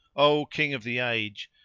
o king of the age,